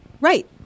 Right